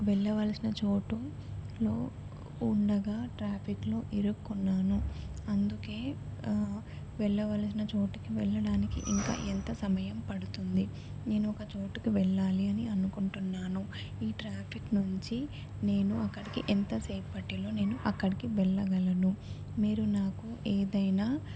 వెళ్ళవలసిన చోటులో ఉండగా ట్రాఫిక్లో ఇరుక్కున్నాను అందుకే వెళ్ళవలసిన చోటుకి వెళ్ళడానికి ఇంకా ఎంత సమయం పడుతుంది నేను ఒక చోటుకి వెళ్ళాలి అని అనుకుంటున్నాను ఈ ట్రాఫిక్ నుంచి నేను అక్కడకి ఎంతసేపటిలో నేను వెళ్ళగలను మీరు నాకు ఏదైనా